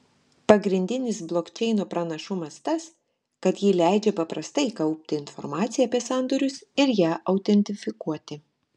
pagrindinis blokčeino pranašumas tas kad ji leidžia paprastai kaupti informaciją apie sandorius ir ją autentifikuoti